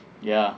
ya